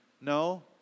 no